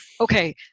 okay